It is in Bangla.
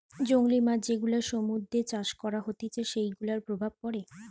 জংলী মাছ যেগুলা সমুদ্রতে চাষ করা হতিছে সেগুলার প্রভাব পড়ে